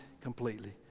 completely